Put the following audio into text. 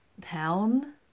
Town